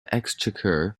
exchequer